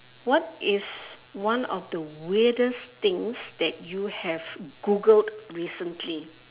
what is one of the weirdest things that you have googled recently